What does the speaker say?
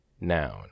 noun